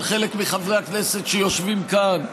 של חלק מחברי הכנסת שיושבים כאן,